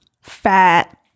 fat